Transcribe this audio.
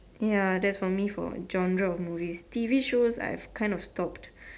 ya that for me for genre of movies T_V shows I kind of stopped